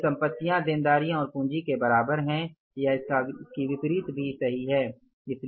परिसम्पतियाँ देनदारियों और पूंजी के बराबर है या इसका विपरीत भी सही हैं